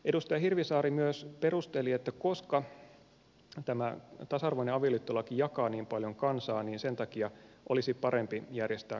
edustaja hirvisaari myös perusteli että koska tämä tasa arvoinen avioliittolaki jakaa niin paljon kansaa niin sen takia olisi parempi järjestää kansanäänestys